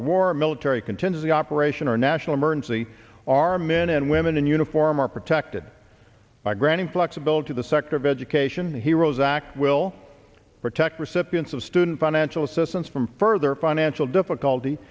a war military contingency operation or national emergency our men and women in uniform are protected by granting flexibility the sector of education heroes act will protect recipients of student financial assistance from further financial difficulty